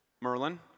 Merlin